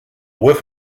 whiff